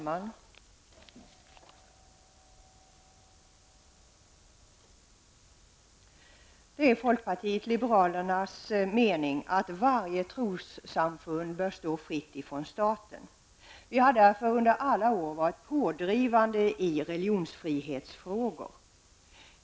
Herr talman! Det är folkpartiet liberalernas mening att varje trossamfund bör stå fritt från staten. Vi har därför under alla år varit pådrivande i religionsfrihetsfrågor.